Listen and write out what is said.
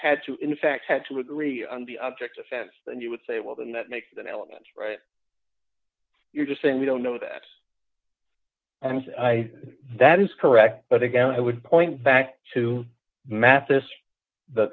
had to in fact tend to agree on the object offense then you would say well the net makes an element right you're just saying we don't know that that is correct but again i would point back to mathis the